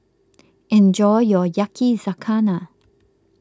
enjoy your Yakizakana